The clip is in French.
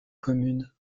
commune